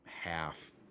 half